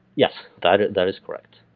yes, that that is correct.